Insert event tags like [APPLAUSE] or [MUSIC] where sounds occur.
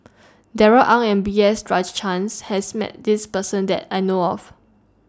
Darrell Ang and B S [UNINTELLIGIBLE] has Met This Person that I know of